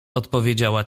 odpowiedziała